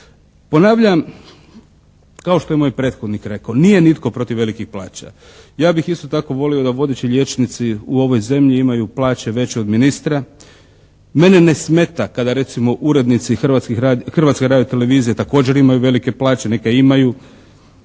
Ponavljam, kao što je moj prethodnik rekao, nije nitko protiv velikih plaća. Ja bi isto tako volio da vodeći liječnici u ovoj zemlji imaju plaće veće od ministra. Mene ne smeta kada recimo urednici Hrvatske radiotelevizije također imaju velike plaće. Neka imaju.